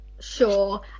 Sure